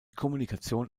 kommunikation